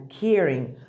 caring